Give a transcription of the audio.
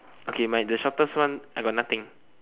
okay my the shortest one I got nothing